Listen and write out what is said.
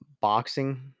boxing